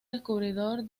descubridor